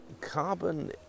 Carbon